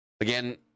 again